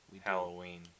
Halloween